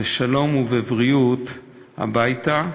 לשלום ובבריאות הביתה.